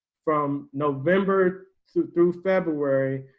from november through through february,